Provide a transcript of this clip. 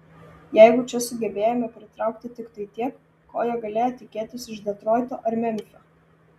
jeigu čia sugebėjome pritraukti tiktai tiek ko jie galėjo tikėtis iš detroito ar memfio